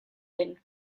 den